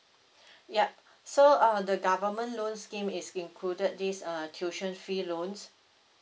ya so uh the government loan scheme is included this uh tuition fee loans